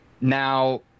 now